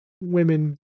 women